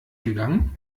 gegangen